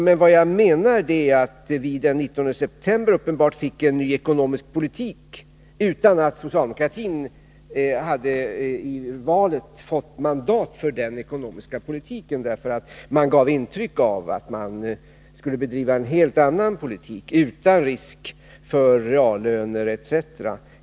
Men vad jag menar är att vi den 19 september uppenbarligen fick en ny ekonomisk politik utan att socialdemokraterna i valet hade fått mandat för den. De gav i valrörelsen intryck av att de skulle bedriva en helt annan politik utan risk för reallönereträtter.